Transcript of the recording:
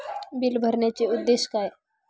Bill भरण्याचे उद्देश काय?